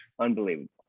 unbelievable